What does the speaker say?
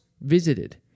visited